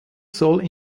soll